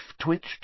twitched